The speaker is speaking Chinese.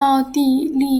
奥地利